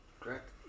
Correct